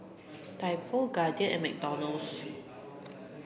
Typo Guardian and McDonald's